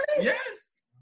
Yes